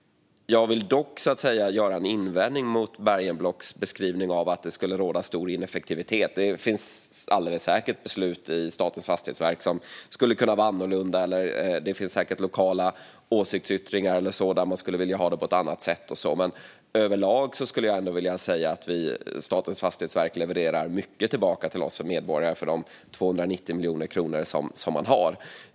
Jag vill dock göra en invändning mot Bergenblocks beskrivning att det skulle råda stor ineffektivitet. Det finns säkert beslut i Statens fastighetsverk som skulle kunna vara annorlunda, och det finns säkert lokala åsiktsyttringar där man skulle vilja ha det på ett annat sätt och så. Jag skulle ändå vilja säga att Statens fastighetsverk överlag levererar mycket tillbaka till oss medborgare för de 290 miljoner kronor som man har.